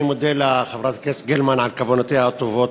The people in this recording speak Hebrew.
אני מודה לחברת הכנסת גרמן על כוונותיה הטובות.